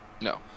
No